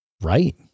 Right